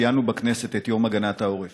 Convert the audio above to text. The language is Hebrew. ציינו בכנסת את יום הגנת העורף.